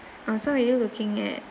oh so were you looking at